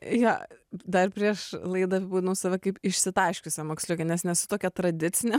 jo dar prieš laidą apibūdinau save kaip išsitaškiusią moksliukę nes nesu tokia tradicinė